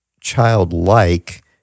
childlike